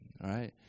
Right